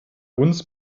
uns